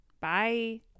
Bye